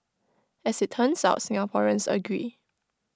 as IT turns out Singaporeans agree